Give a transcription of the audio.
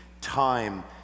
time